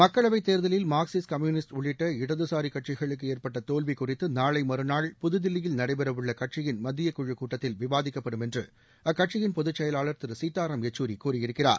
மக்களவைத் தேர்தலில் Marxist communist உள்ளிட்ட இடதுசாரி கட்சிகளுக்கு ஏற்பட்ட தோல்வி குறித்து நாளை மற்றாள் புதுதில்லியில் நடைபெற உள்ள கட்சியின் மத்திய குழுக் கூட்டத்தில் விவாதிக்கப்படும் என்று அக்கட்சியின் பொதுச்செயலாளர் திரு சீதாராம் யெச்சூரி கூறியிருக்கிறார்